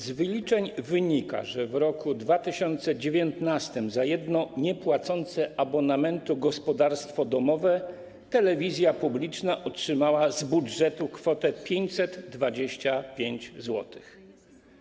Z wyliczeń wynika, że w roku 2019 za jedno niepłacące abonamentu gospodarstwo domowe telewizja publiczna otrzymała z budżetu kwotę 525 zł.